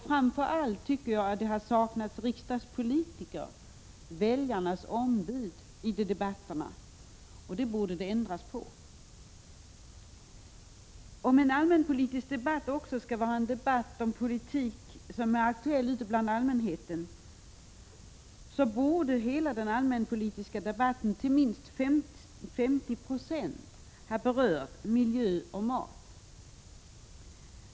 Framför allt har det, tycker jag, saknats riksdagspolitiker, väljarnas ombud, i dessa debatter. Det borde man ändra på. Om en allmänpolitisk debatt också skall vara en debatt om politik som är aktuell ute bland allmänheten borde den allmänpolitiska debatten till minst 50 96 ha berört miljö och mat.